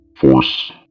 force